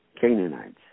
Canaanites